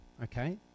okay